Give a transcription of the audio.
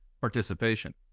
participation